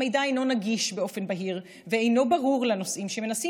המידע אינו נגיש באופן בהיר ואינו ברור לנוסעים שמנסים